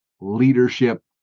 leadership